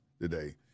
today